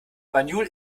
banjul